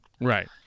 Right